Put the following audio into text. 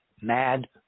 mad